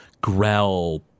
Grell